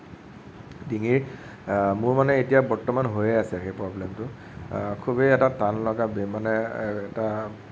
ডিঙিৰ মোৰ মানে এতিয়া বৰ্তমান হৈয়ে আছে সেই প্ৰব্লেমটো খুবেই এটা টান লগা মানে এটা